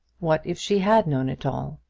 what if she had known it all,